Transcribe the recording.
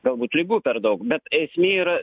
galbūt ligų per daug bet esmė yra